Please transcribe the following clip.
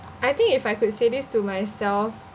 I think if I could say this to myself